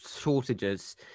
shortages